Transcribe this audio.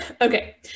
Okay